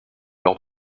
lors